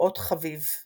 כפעוט חביב.